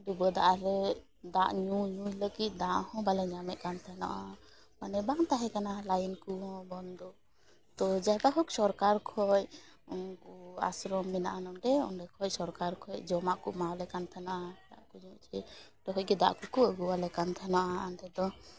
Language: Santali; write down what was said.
ᱰᱩᱵᱟᱹ ᱫᱟᱜ ᱨᱮ ᱫᱟᱜ ᱧᱩ ᱧᱩᱭ ᱞᱟᱹᱜᱤᱫ ᱫᱟᱜ ᱦᱚᱸ ᱵᱟᱞᱮ ᱧᱟᱢᱮᱫ ᱠᱟᱱ ᱛᱟᱦᱮᱸᱱᱟ ᱢᱟᱱᱮ ᱵᱟᱝ ᱛᱟᱦᱮᱸᱠᱟᱱᱟ ᱞᱟᱭᱤᱱ ᱠᱚᱦᱚᱸ ᱵᱚᱱᱫᱚ ᱛᱚ ᱡᱟᱭ ᱦᱳᱠ ᱥᱚᱨᱠᱟᱨ ᱠᱷᱚᱡ ᱩᱝᱠᱩ ᱟᱥᱨᱚᱢ ᱢᱮᱱᱟᱜᱼᱟ ᱱᱚᱰᱮ ᱚᱸᱰᱮ ᱠᱷᱚᱡ ᱥᱚᱨᱠᱟᱨ ᱠᱷᱚᱡ ᱡᱚᱢᱟᱜ ᱠᱚ ᱮᱢᱟᱣᱟᱞᱮ ᱠᱟᱱ ᱛᱟᱦᱮᱱᱟ ᱫᱟᱜ ᱠᱚ ᱧᱩ ᱚᱪᱚᱭᱮᱫ ᱞᱮ ᱛᱟᱦᱮᱱᱟ ᱴᱩᱠᱩᱡ ᱛᱮ ᱫᱟᱜ ᱠᱚᱠᱚ ᱟᱹᱜᱩᱣᱟᱞᱮ ᱠᱟᱱ ᱛᱟᱦᱮᱱᱟ ᱟᱞᱮ ᱫᱚ